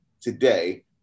today